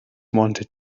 wanted